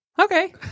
okay